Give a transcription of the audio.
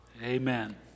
amen